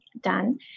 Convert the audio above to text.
done